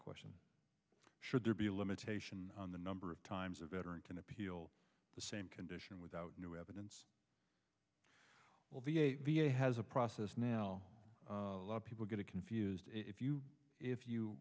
question should there be a limitation on the number of times a veteran can appeal the same condition without new evidence has a process now a lot of people get confused if you if you